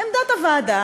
עמדת הוועדה,